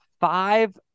five